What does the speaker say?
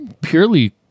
purely